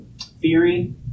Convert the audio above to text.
theory